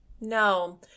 No